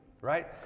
right